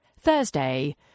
Thursday